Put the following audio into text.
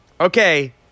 Okay